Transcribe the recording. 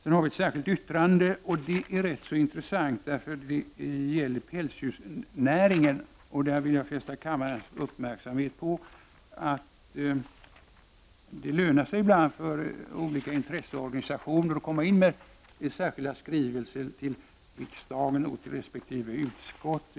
Sedan har vi ett särskilt yttrande, och det är rätt intressant. Det gäller pälsdjursnäringen. Här vill jag fästa kammarens uppmärksamhet på att det ibland lönar sig för olika intresseorganisationer att komma in med särskilda skrivelser till riksdagen och dess utskott.